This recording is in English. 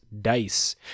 dice